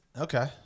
Okay